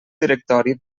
directori